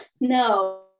no